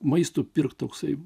maistui pirkti toksai